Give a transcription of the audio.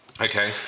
okay